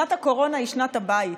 שנת הקורונה היא שנת הבית: